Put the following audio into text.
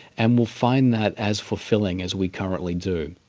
and will find that as fulfilling as we currently do.